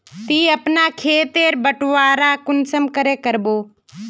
ती अपना खेत तेर बटवारा कुंसम करे करबो?